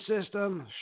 system